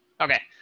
Okay